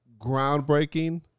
groundbreaking